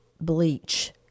bleach